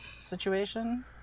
situation